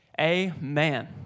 Amen